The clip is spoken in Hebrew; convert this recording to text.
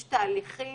יש תהליכים,